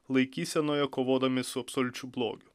laikysenoje kovodami su absoliučiu blogiu